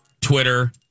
Twitter